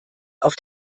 auf